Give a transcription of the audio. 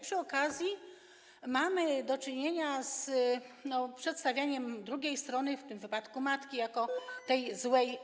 Przy okazji mamy do czynienia z przedstawianiem drugiej strony, w tym wypadku matki, jako tej złej.